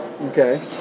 Okay